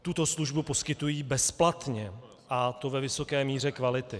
Tuto službu poskytují bezplatně, a to ve vysoké míře kvality.